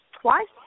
twice